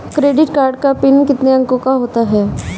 Credit card का PIN कितने अंकों का होता है?